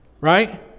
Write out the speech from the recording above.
right